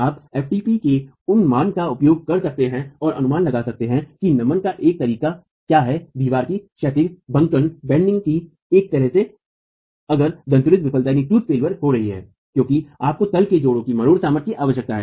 आप ftp के उस मान का उपयोग कर सकते हैं और अनुमान लगा सकते हैं कि नमन का एक तरीका क्या है दीवार की क्षैतिज बंकन की एक तरह से अगर दन्तुरित विफलता हो रही है क्योंकि आपको तल के जोड़ों की मरोड़ सामर्थ्य की आवश्यकता है